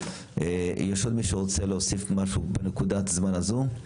יש עוד מישהו שרוצה להוסיף משהו בנקודת הזמן הזו?